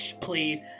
please